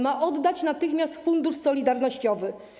Ma oddać natychmiast Fundusz Solidarnościowy.